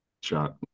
shot